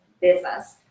business